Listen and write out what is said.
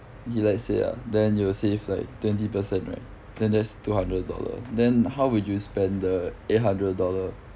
we let's say ah then you will save like twenty percent right then that's two hundred dollar then how would you spend the eight hundred dollar